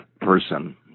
person